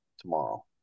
tomorrow